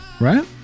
Right